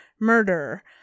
murder